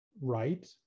right